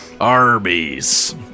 Arby's